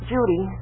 Judy